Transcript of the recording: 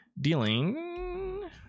dealing